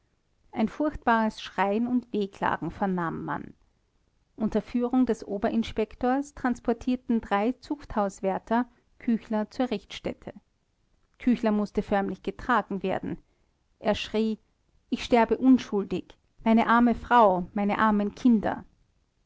ein furchtbares schreien und wehklagen vernahm man unter führung des oberinspektors transportierten drei zuchthauswärter küchler zur richtstätte küchler mußte förmlich getragen werden er schrie ich sterbe unschuldig meine arme frau meine armen kinder